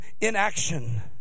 inaction